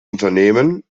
unternehmen